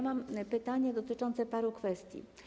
Mam pytania dotyczące paru kwestii.